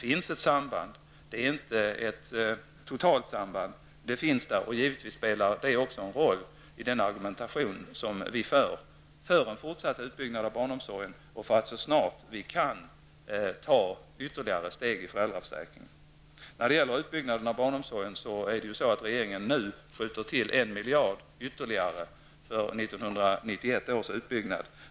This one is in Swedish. Även om sambandet inte är totalt så finns det där och spelar givetvis en roll i vår argumentation för en fortsatt utbyggnad av barnomsorgen och för att så snart vi kan ta ytterligare steg i fråga om föräldraförsäkringen. Regeringen skjuter nu till ytterligare en miljard för 1991 för utbyggnad.